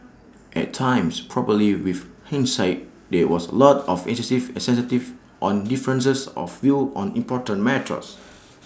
at times probably with hindsight there was A lot of excessive sensitivity on differences of views on important matters